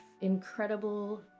incredible